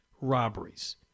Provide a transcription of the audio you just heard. robberies